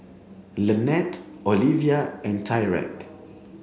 Lanette Oliva and Tyrek